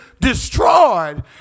destroyed